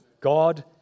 God